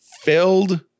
filled